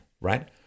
right